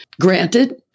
granted